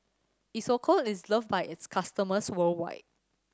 Isocal is loved by its customers worldwide